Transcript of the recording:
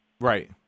Right